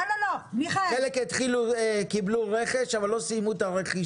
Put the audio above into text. חלק קיבלו רכש אבל לא סיימו את הרכישה.